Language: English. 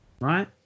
right